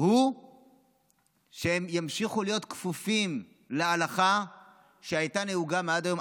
הוא שהם ימשיכו להיות כפופים להלכה שהייתה נהוגה עד היום.